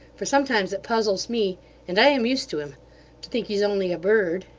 for sometimes puzzles me and i am used to him to think he's only a bird.